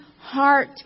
heart